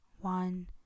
One